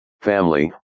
family